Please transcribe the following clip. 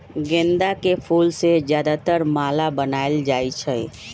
गेंदा के फूल से ज्यादातर माला बनाएल जाई छई